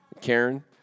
Karen